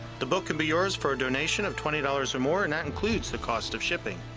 the book can be yours for a donation of twenty dollars or more, and that includes the cost of shipping.